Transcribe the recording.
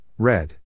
red